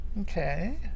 okay